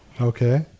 Okay